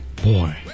Boy